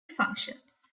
functions